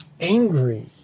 angry